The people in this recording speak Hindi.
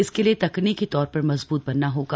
इसके लिए तकनीकी तौर पर मजबूत बनना होगा